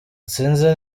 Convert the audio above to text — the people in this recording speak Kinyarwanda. sinzi